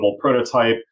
prototype